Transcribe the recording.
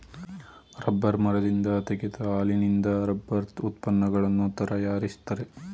rubber ಮರದಿಂದ ತೆಗೆದ ಹಾಲಿನಿಂದ ರಬ್ಬರ್ ಉತ್ಪನ್ನಗಳನ್ನು ತರಯಾರಿಸ್ತರೆ